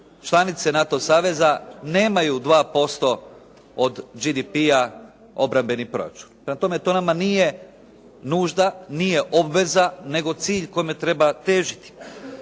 članice NATO saveza nemaju 2% od JDP obrambeni proračun. Prema tome, to nama nije nužda, nije obveza, nego cilj kome treba težiti.